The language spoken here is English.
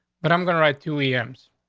but i'm gonna write to e ems.